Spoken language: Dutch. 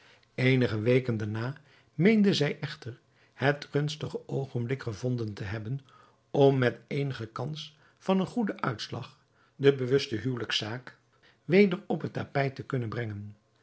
eenige weken daarna meende zij echter het gunstige oogenblik gevonden te hebben om met eenigen kans van een goeden uitslag de bewuste huwelijkszaak weder op het tapijt te kunnen brengen